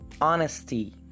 honesty